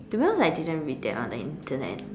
to be honest I didn't read that on the Internet